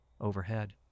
Overhead